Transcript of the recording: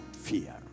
fear